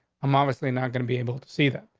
i'm obviously not gonna be able to see that,